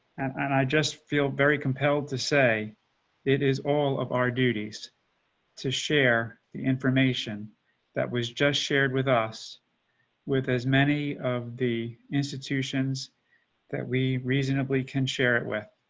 and i just feel very compelled to say it is all of our duties to share the information that was just shared with us with as many of the institutions that we reasonably can share it with